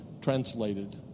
translated